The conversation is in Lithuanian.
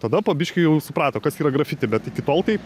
tada po biškį jau suprato kas yra grafiti bet iki tol tai